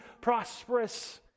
prosperous